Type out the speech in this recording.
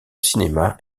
cinéma